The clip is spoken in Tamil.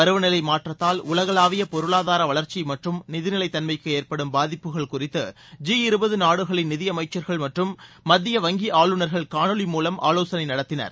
பருவநிலைமாற்றத்தால் உலகளாவியபொருளாதாரவளர்ச்சிமற்றும் நிதிநிலைத்தன்மைக்குஏற்படும் பாதிப்புகள் குறித்து ஜி இருபதுநாடுகளின் நிதியமைச்சர்கள் மற்றும் மத்திய வங்கிஆளுநர்கள் காணொலி மூலம் ஆலோசனைநடத்தினர்